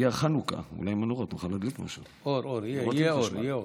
מגיע עוד מעט חנוכה, לא לא, יהיה אור, יהיה אור.